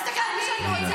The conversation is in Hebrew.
אני אסתכל על מי שאני רוצה.